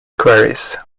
quarries